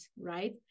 right